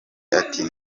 ati